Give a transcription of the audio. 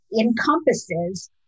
encompasses